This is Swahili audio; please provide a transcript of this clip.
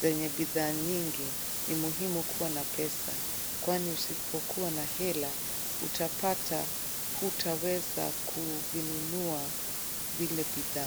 zenye bidhaa nyingi, ni muhimu kuwa na pesa kwani usipokuwa na hela utapata hutaweza kuvinunua vile bidhaa.